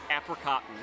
Apricot